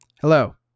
Hello